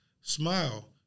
smile